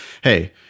Hey